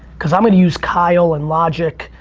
cause i'm gonna use kyle and logic,